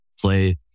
play